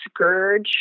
scourge